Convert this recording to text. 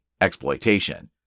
exploitation